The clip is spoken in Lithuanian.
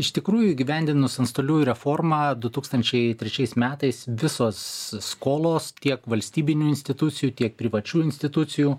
iš tikrųjų įgyvendinus antstolių reformą du tūkstančiai trečiais metais visos skolos tiek valstybinių institucijų tiek privačių institucijų